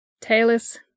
taylor's